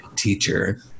teacher